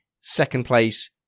second-place